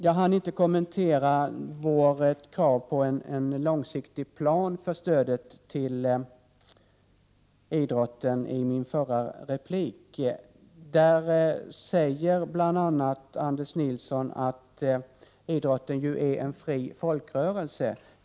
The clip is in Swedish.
Jag hann inte kommentera vårt krav på en långsiktig plan för stödet till idrotten i min förra replik. Anders Nilsson säger bl.a. att idrotten är en fri folkrörelse.